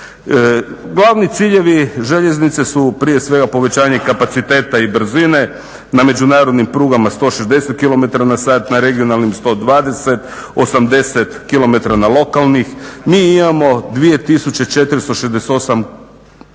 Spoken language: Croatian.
Glavni ciljevi željeznice su prije svega povećanje kapaciteta i brzine, na međunarodnim prugama 160 km/h na regionalnim 120 km/h, 80 km/h na lokalnim. Mi imamo 2468 km